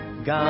God